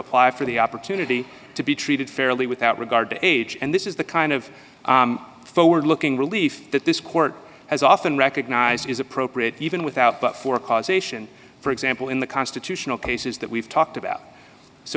apply for the opportunity to be treated fairly without regard to age and this is the kind of forward looking relief that this court has often recognised is appropriate even without but for causation for example in the constitutional cases that we've talked about so